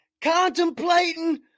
contemplating